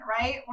right